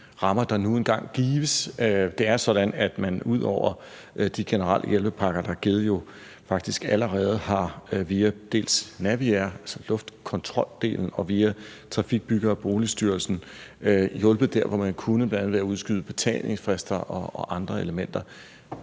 rammer, der nu engang gives. Det er sådan, at man ud over de generelle hjælpepakker, der er givet, jo faktisk allerede, dels via Naviair, altså luftkontroldelen, dels via Trafik-, Bygge- og Boligstyrelsen har hjulpet der, hvor man kunne, bl.a. ved at udskyde betalingsfrister og andre elementer.